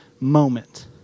moment